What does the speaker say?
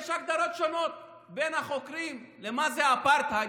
יש הגדרות שונות בין החוקרים מה זה אפרטהייד,